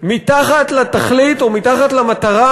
מתחת לתכלית ומתחת למטרה,